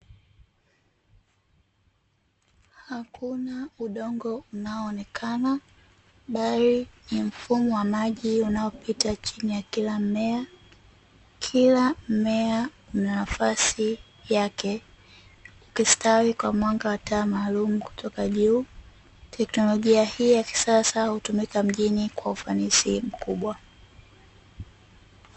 Hakuna udongo unao onekana bali ni mfumo wa maji unaopita chini ya kila mmea. Kila mmea una nafasi yake ukistawi kwa mwanga wa taa maalumu kwa juu teknolojia hii ya kisasa hutumika mjini kwa ufanisi mkubwa.